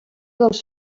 dels